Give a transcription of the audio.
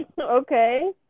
Okay